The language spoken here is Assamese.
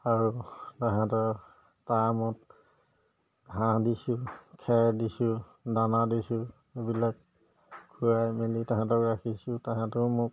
আৰু তাহাঁতৰ টাইমত ঘাঁহ দিছোঁ খেৰ দিছোঁ দানা দিছোঁ এইবিলাক খুৱাই মেলি তাহাঁতক ৰাখিছোঁ তাহাঁতেও মোক